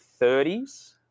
30s